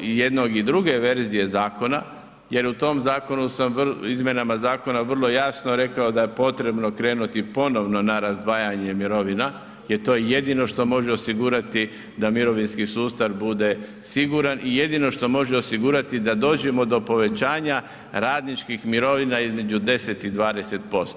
jednog i druge verzije zakona, jer u tom zakonu sam, izmjenama zakona vrlo jasno rekao da je potrebno krenuti ponovno na razdvajanje mirovina jer to je jedino što može osigurati da mirovinski sustav bude siguran i jedino što može osigurati da dođemo do povećanja radničkim mirovina između 10 i 20%